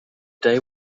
day